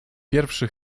pierwszy